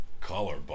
color